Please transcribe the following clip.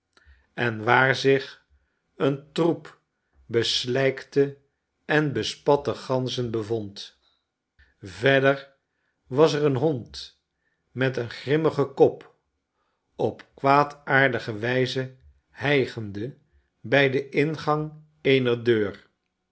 en waar zich een troep beslijkte en bespatte ganzen bevond verder was er een hond met een grimmigen kop op kwaadaardige wijze hijgende bij den ingang eener deur